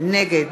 נגד